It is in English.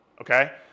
okay